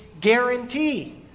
guarantee